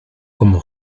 como